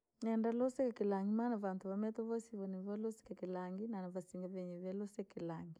Neenda lusika kilangi, maana vantu vamito voosi valusika kilangi na vasinga venye vee velusika kilangi.